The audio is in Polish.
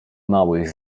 małych